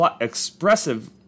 expressive